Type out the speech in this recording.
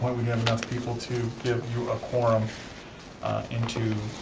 we have enough people to give you a quorum into